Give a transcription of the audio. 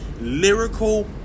lyrical